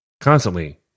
constantly